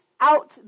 out